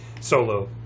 solo